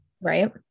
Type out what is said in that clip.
Right